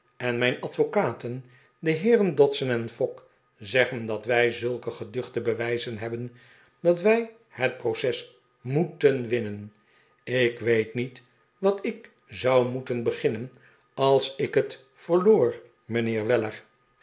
en mijn advocaten de heeren dodson en fogg zeggen dat wij zulke geduchte bewijzen hebben dat wij het proces moeten winnen ik weet niet wat ik zou moeten beginnen als ik het verloor mijnheer weller